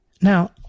Now